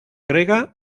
grega